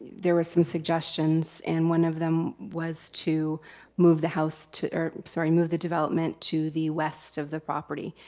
there was some suggestions and one of them was to move the house to, i'm sorry, move the development to the west of the property.